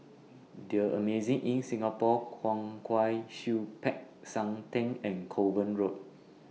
The Amazing Inn Singapore Kwong Wai Siew Peck San Theng and Kovan Road